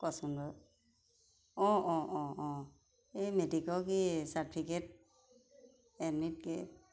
কচোন বাৰু অঁ অঁ অঁ অঁ এই মেট্ৰিকৰ কি চাৰ্টিফিকেট এডমিট কি